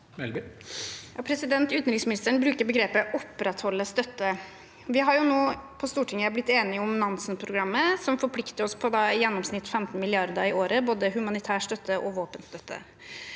Utenriksministeren bruker begrepet «opprettholde støtten». På Stortinget har vi blitt enige om Nansen-programmet, som forplikter oss på i gjennomsnitt 15 mrd. kr i året både i humanitær støtte og i våpenstøtte.